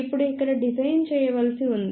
ఇప్పుడు ఇక్కడ డిజైన్ చేయవలసి ఉంది